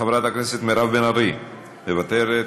חברת הכנסת מירב בן ארי, מוותרת,